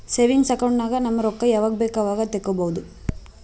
savings account ನಾಗ್ ನಮ್ ರೊಕ್ಕಾ ಯಾವಾಗ ಬೇಕ್ ಅವಾಗ ತೆಕ್ಕೋಬಹುದು